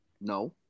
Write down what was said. No